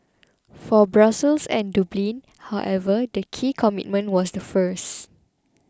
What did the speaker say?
for Brussels and Dublin however the key commitment was the first